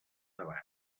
davant